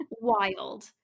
Wild